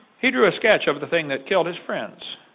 he drew a sketch of the thing that killed his friends.